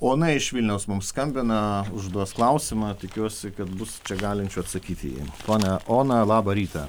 ona iš vilniaus mums skambina užduos klausimą tikiuosi kad bus čia galinčių atsakyti į jį ponia ona labą rytą